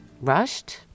rushed